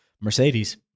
Mercedes